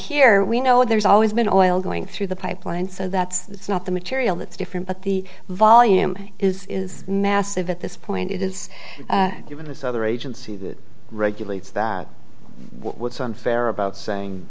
here we know there's always been oil going through the pipeline so that's that's not the material that's different but the volume is is massive at this point it is giving us other agency that regulates that what's unfair about saying